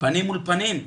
פנים מול פנים.